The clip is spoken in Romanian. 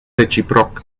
reciproc